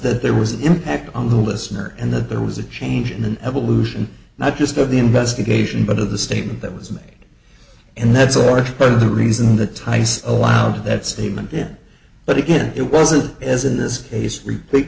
that there was an impact on the listener and that there was a change in evolution not just of the investigation but of the statement that was made and that's a large part of the reason the ties allowed that statement in but again it wasn't as in this case repl